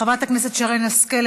חברת הכנסת שרן השכל,